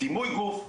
דימוי גוף,